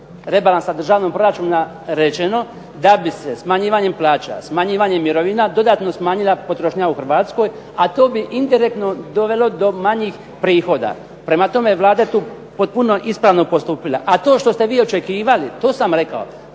rebalansa državnog proračuna rečeno da bi se smanjivanjem plaća, smanjivanjem mirovina dodatno smanjila potrošnja u Hrvatskoj, a to bi indirektno dovelo do manjih prihoda. Prema tome Vlada je tu potpuno ispravno postupila. A to što ste vi očekivali, to sam rekao